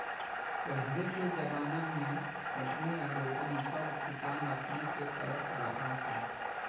पहिले के ज़माना मे कटनी आ रोपनी सब किसान अपने से करत रहा सन